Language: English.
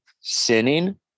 sinning